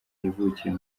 yavukiye